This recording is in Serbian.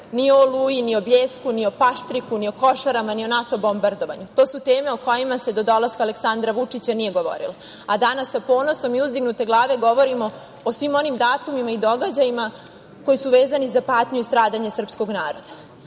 ni Oluji, ni o Bljesku, ni o Paštriku, ni o Košarama, ni o NATO bombardovanju. To su teme o kojima se do dolaska Aleksandra Vučića nije govorilo. Danas sa ponosom i uzdignute glave govorimo o svim onim datumima i događajima koji su vezani za patnju i stradanje srpskog naroda.